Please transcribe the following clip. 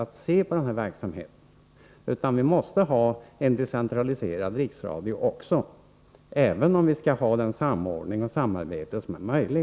Även om vi skall ha den samordning och det samarbete som går att åstadkomma på området, måste vi också ha en decentraliserad riksradio.